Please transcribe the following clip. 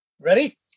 Ready